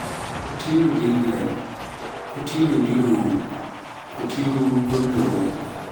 Kutiru dingiral, kuturu duroowo, kutiru golloowo